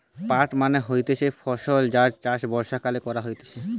পাট মানে হতিছে ফসল যার চাষ বর্ষাকালে করা হতিছে